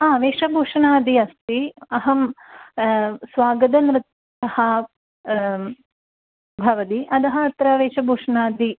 हा वेषभूषणादि अस्ति अहं स्वागतनृत्यं भवति अतः अत्र वेषभूषणादि